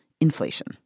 Inflation